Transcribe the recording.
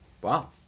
Wow